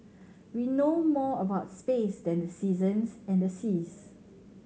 we know more about space than the seasons and the seas